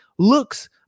looks